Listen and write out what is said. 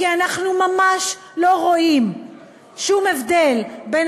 כי אנחנו ממש לא רואים שום הבדל בין